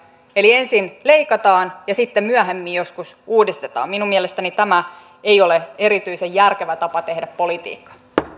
eli ensin leikataan ja sitten myöhemmin joskus uudistetaan minun mielestäni tämä ei ole erityisen järkevä tapa tehdä politiikkaa